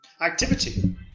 activity